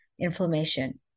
inflammation